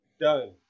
done